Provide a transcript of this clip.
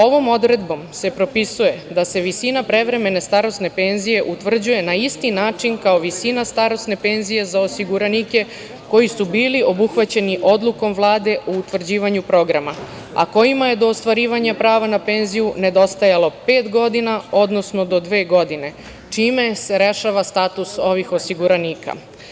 Ovom odredbom se propisuje da se visina prevremene starosne penzije utvrđuje na isti način kao visina starosne penzije za osiguranike koji su bili obuhvaćeni odlukom Vlade o utvrđivanju programa, a kojima je do ostvarivanja prava na penziju nedostajalo pet godina, odnosno do dve godine, čime se rešava status ovih osiguranika.